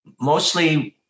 Mostly